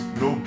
no